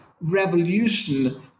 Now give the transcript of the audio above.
revolution